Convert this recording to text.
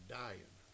dying